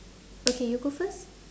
okay you go first